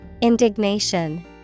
Indignation